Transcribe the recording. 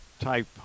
type